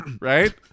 right